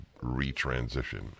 retransition